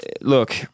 look